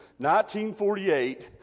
1948